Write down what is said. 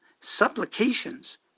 supplications